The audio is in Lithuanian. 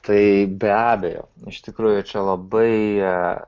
tai be abejo iš tikrųjų čia labai